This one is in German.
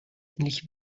endlich